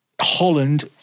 Holland